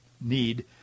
need